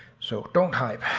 so don't hype.